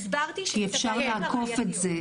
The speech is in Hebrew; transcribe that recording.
כי אפשר לעקוף את זה.